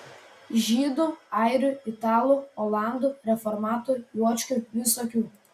žydų airių italų olandų reformatų juočkių visokių